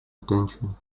attention